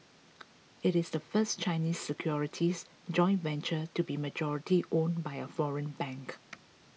it is the first Chinese securities joint venture to be majority owned by a foreign bank